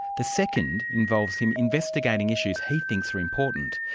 the second involves him investigating issues he thinks are important,